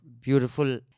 beautiful